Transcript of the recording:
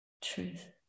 truth